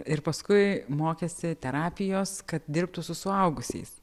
ir paskui mokėsi terapijos kad dirbtų su suaugusiais